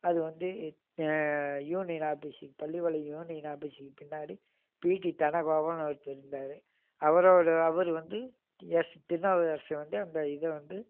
அது வந்து யூனியன் ஆஃபீஸுக்கு பள்ளிப்பாளையம் யூனியன் ஆஃபீஸுக்கு பின்னாடி பி டி தனகோபால்னு ஒருத்தர் இருந்தார் அவரோட அவரு வந்து எஸ் திருநாவுக்கரசு வந்து அந்த இதை வந்து